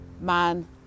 man